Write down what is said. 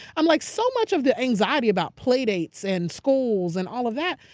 i'm like, so much of the anxiety about playdates and schools and all of that,